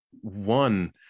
one